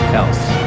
else